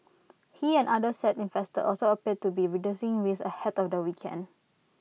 he and others said investors also appeared to be reducing risk ahead of the weekend